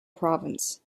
province